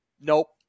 nope